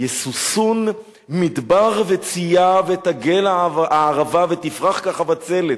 "ישֻׂשום מדבר וציה ותגל ערבה ותפרח כחבצלת".